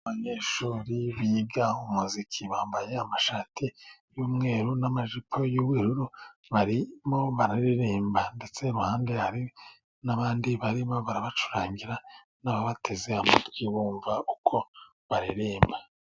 Abanyeshuri biga umuziki, bambaye amashati y'umweru n'amajipo y'ubururu. Barimo bararirimba ndetse iruhande hari n'abandi barimo barabacurangira, n'ababateze amatwi bumva uko baririmba.